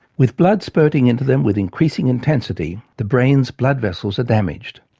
with blood spurting into them with increasing intensity, the brain's blood vessels are damaged.